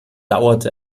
dauerte